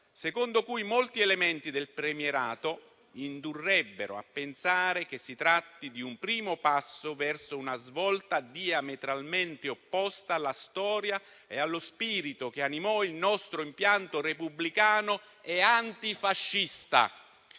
secondo cui molti elementi del premierato indurrebbero a pensare che si tratti di un primo passo verso una svolta diametralmente opposta alla storia e allo spirito che animò il nostro impianto repubblicano e antifascista.